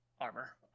armor